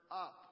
up